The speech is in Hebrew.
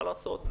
מה לעשות?